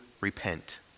repent